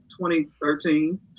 2013